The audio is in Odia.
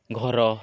ଘର